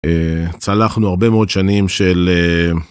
אה צלחנו הרבה מאוד שנים של אה...